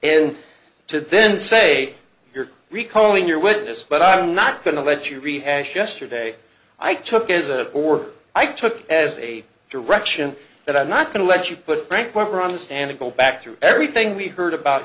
to then say you're recalling your witness but i'm not going to let you rehash yesterday i took as a or i took as a direction that i'm not going to let you put frank whatever on the stand go back through everything we've heard about